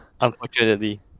Unfortunately